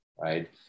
right